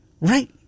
Right